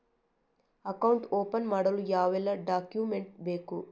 Account open ಮಾಡಲು ಯಾವೆಲ್ಲ document ಬೇಕು?